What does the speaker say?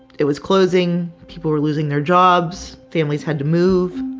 it was closing. people were losing their jobs. families had to move.